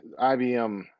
IBM